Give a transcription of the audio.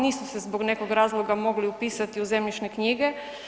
Nisu se zbog nekog razloga mogli upisati u zemljišne knjige.